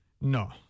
No